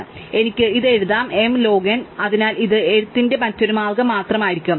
അതിനാൽ എനിക്കും ഇത് എഴുതാം m log n അതിനാൽ ഇത് എഴുത്തിന്റെ മറ്റൊരു മാർഗ്ഗം മാത്രമായിരിക്കും